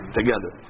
Together